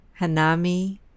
Hanami